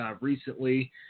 recently